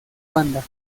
banda